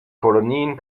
kolonien